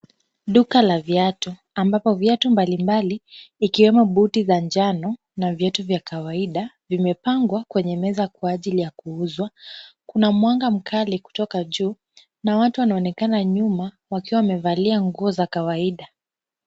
Duka la viatu ambapo viatu mbalimbali ikiwemo buti za njano na viatu vya kawaida vimepangwa kwenye meza kwa ajili ya kuuzwa, kuna mwanga mkali kutoka juu na watu wanaonekana nyuma wakiwa wamevalia nguo za kawaida .